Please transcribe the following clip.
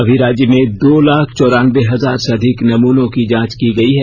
अभी राज्य में दो लाख चौरानबे हजार से अधिक नमूनों की जांच की गई है